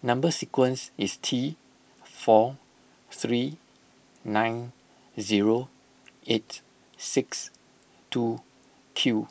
Number Sequence is T four three nine zero eight six two Q